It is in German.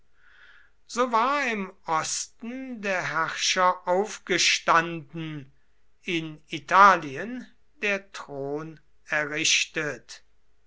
so war im osten der herrscher aufgestanden in italien der thron errichtet